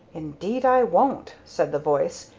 indeed, i won't! said the voice.